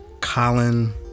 Colin